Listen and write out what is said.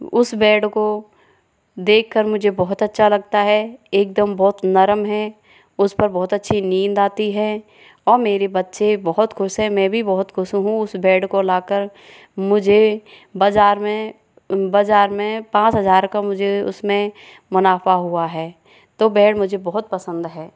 उस बेड को देखकर मुझे बहुत ही अच्छा लगता है एकदम बहुत नर्म है उस पर बहुत अच्छी नींद आती है और मेरे बच्चे बहुत खुश हैं मैं भी बहौत खुश हूँ उस बेड को लाकर मुझे बाज़ार में बाज़ार में पांच हज़ार का मुझे उसमें मुनाफ़ा हुआ है तो बेड मुझे बहुत पसंद है